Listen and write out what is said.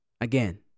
again